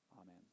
Amen